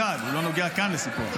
אמרת סיפוח וזהו, מספיק.